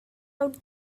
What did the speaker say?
out